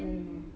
and